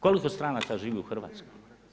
Koliko stranaca živi u Hrvatskoj?